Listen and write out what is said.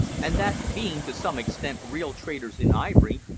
and that, being to some extent real traders in ivory,